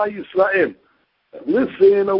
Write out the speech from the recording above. Listen